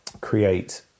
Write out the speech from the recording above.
create